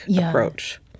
approach